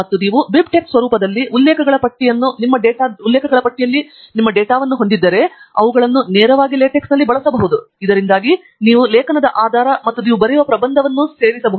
ಮತ್ತು ನೀವು BibTeX ಸ್ವರೂಪದಲ್ಲಿ ಉಲ್ಲೇಖಗಳ ಪಟ್ಟಿಯಲ್ಲಿ ನಿಮ್ಮ ಡೇಟಾವನ್ನು ಹೊಂದಿದ್ದರೆ ನೀವು ಅವುಗಳನ್ನು ನೇರವಾಗಿ LaTeX ನಲ್ಲಿ ಬಳಸಬಹುದು ಇದರಿಂದ ನೀವು ಲೇಖನದ ಆಧಾರ ಅಥವಾ ನೀವು ಬರೆಯುವ ಪ್ರಬಂಧವನ್ನು ಸೇರಿಸಬಹುದು